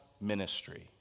ministry